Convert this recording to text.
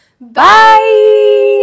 bye